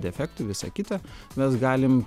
defektų visa kita mes galim